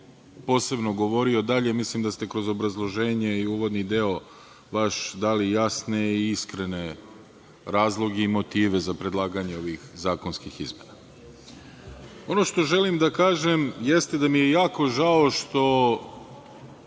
posebno govorio dalje, jer mislim da ste kroz obrazloženje i uvodni deo dali jasne i iskrene razloge i motive za predlaganje ovih zakonskih izmena. Ono što želim da kažem jeste da mi je jako žao što